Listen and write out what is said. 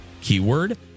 keyword